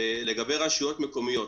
לגבי רשויות מקומיות